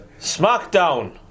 Smackdown